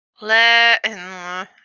Let